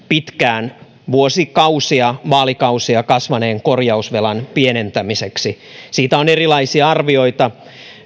pitkään vuosikausia vaalikausia kasvaneen korjausvelan pienentämiseksi siitä on erilaisia arvioita